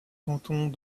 cantons